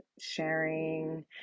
sharing